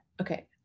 Okay